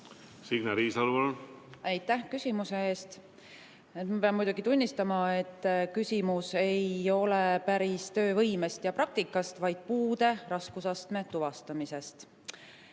Signe Riisalo, palun! Aitäh küsimuse eest! Ma pean muidugi tunnistama, et küsimus ei ole päris töövõimest ja praktikast, vaid puude raskusastme tuvastamisest.